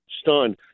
stunned